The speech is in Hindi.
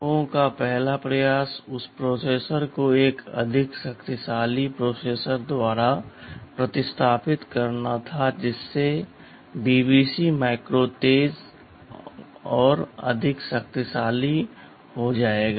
इन लोगों का पहला प्रयास उस प्रोसेसर को एक अधिक शक्तिशाली प्रोसेसर द्वारा प्रतिस्थापित करना था जिससे BBC माइक्रो तेज और अधिक शक्तिशाली हो जाएगा